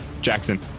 Jackson